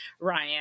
ryan